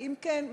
אם כן,